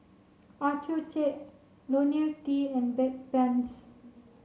Accucheck Ionil T and Bedpans